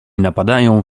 napadają